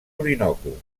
orinoco